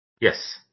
Yes